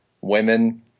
women